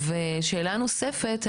שאלה נוספת,